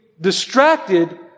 distracted